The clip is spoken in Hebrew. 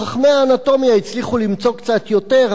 חכמי האנטומיה הצליחו למצוא קצת יותר,